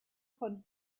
von